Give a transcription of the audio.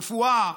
רפואה,